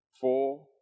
four